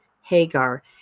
Hagar